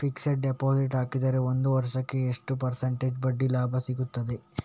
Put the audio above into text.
Fixed deposit ಹಾಕಿದರೆ ಒಂದು ವರ್ಷಕ್ಕೆ ಎಷ್ಟು ಪರ್ಸೆಂಟೇಜ್ ಬಡ್ಡಿ ಲಾಭ ಸಿಕ್ತದೆ?